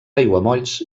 aiguamolls